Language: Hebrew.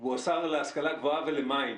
הוא השר להשכלה הגבוהה ולמים.